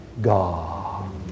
God